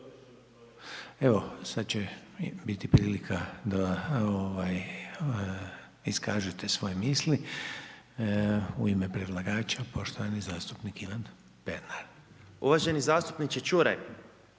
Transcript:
Evo sad će biti prilika da iskaže svoje misli, u ime predlagača, poštovani zastupnik Ivan Pernar. **Pernar, Ivan